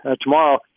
tomorrow